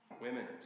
Women